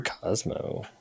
Cosmo